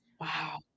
Wow